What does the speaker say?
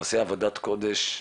עושה עבודת קודש.